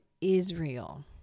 Israel